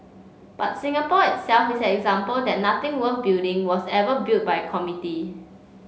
but Singapore itself is an example that nothing worth building was ever built by a committee